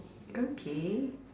okay